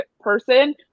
person